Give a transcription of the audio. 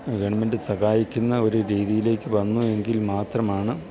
government സഹായിക്കുന്ന ഒരു രീതിയിലേക്കു വന്നു എങ്കിൽ മാത്രമാണ്